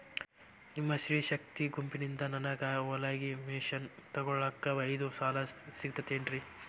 ನಿಮ್ಮ ಸ್ತ್ರೇ ಶಕ್ತಿ ಗುಂಪಿನಿಂದ ನನಗ ಹೊಲಗಿ ಮಷೇನ್ ತೊಗೋಳಾಕ್ ಐದು ಸಾಲ ಸಿಗತೈತೇನ್ರಿ?